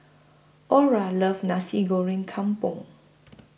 Aura loves Nasi Goreng Kampung